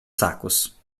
sacos